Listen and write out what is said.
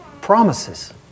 promises